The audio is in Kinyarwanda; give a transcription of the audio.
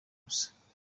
ubusa